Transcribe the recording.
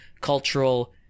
cultural